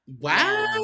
Wow